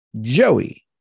Joey